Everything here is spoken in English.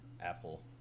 apple